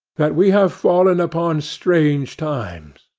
that we have fallen upon strange times,